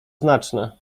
znaczne